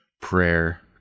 prayer